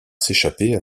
s’échapper